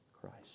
Christ